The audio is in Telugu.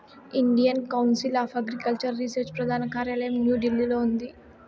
Indian council of agricultural research ప్రధాన కార్యాలయం న్యూఢిల్లీలో ఉంది